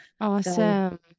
awesome